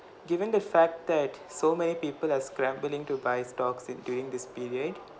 given the fact that so many people are scrambling to buy stocks in during this period